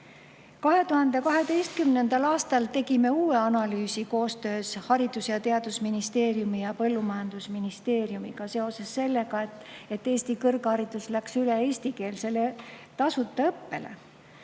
saame.2012. aastal tegime uue analüüsi koostöös Haridus‑ ja Teadusministeeriumi ja põllumajandusministeeriumiga seoses sellega, et Eesti kõrgharidus läks üle eestikeelsele tasuta õppele